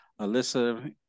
Alyssa